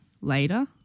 later